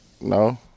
No